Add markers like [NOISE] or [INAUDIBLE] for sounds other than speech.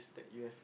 [BREATH]